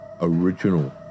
original